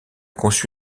conçu